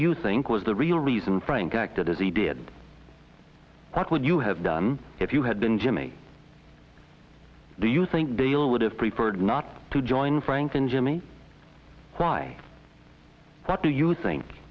you think was the real reason frank acted as he did that would you have done if you had been jimmy do you think dale would have preferred not to join frank and jimmie why not do you think